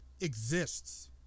exists